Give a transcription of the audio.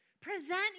present